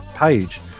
page